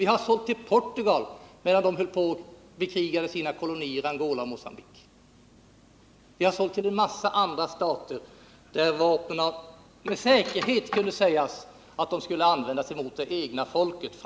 Vi har sålt vapen till Portugal, medan Portugal höll på att bekriga sina kolonier Angola och Mogambique. Vi har sålt vapen till en massa andra stater, där vapnen med säkerhet skulle användas framför allt mot det egna folket.